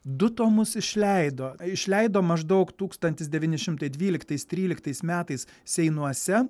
du tomus išleido išleido maždaug tūkstantis devyni šimtai dvyliktais tryliktais metais seinuose